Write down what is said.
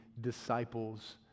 disciples